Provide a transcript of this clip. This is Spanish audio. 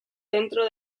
dentro